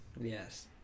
yes